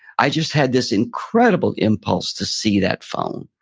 i just had this incredible impulse to see that phone.